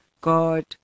God